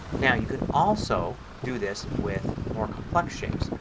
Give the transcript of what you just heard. now you can also do this with more complex shapes.